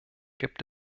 gibt